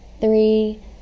three